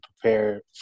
prepare